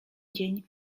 dzień